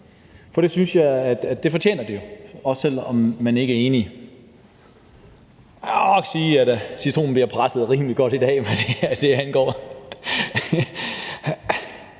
For det synes jeg jo de fortjener, også selv om man ikke er enig. Jeg vil nok sige, at citronen bliver presset rimelig godt i dag, hvad det angår.